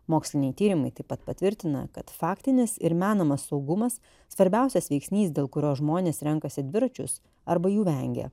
moksliniai tyrimai taip pat patvirtina kad faktinis ir menamas saugumas svarbiausias veiksnys dėl kurio žmonės renkasi dviračius arba jų vengia